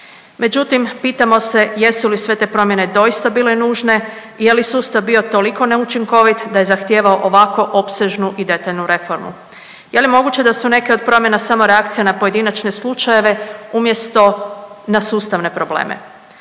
Međutim, pitamo se jesu li sve te promjene doista bile nužne, je li sustav bio toliko neučinkovit da je zahtijevao ovako opsežnu i detaljnu reformu. Je li moguće da su neke od promjena samo reakcija na pojedinačne slučajeve umjesto na sustavne probleme?